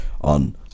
on